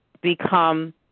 become